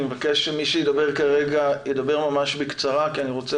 אני מבקש שמי שידבר כרגע ידבר ממש בקצרה כי אני רוצה